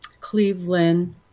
Cleveland